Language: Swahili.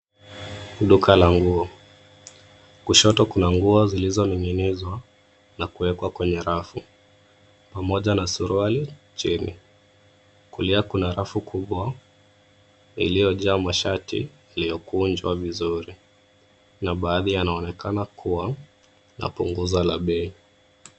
Duka la nguo. Kushoto kuna nguo zilizoning'inizwa na kuweka kwenye rafu pamoja na suruali chini. Kulia kuna rafu kubwa iliyojaa mashati iliyokunjwa vizuri, na baadhi yanaonekana kuwa na punguza la bei .